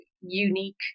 unique